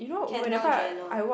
Kendall-Jenner